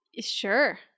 Sure